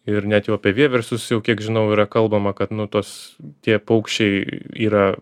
ir net jau apie vieversius jau kiek žinau yra kalbama kad nu tos tie paukščiai yra